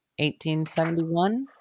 1871